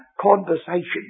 conversation